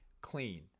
clean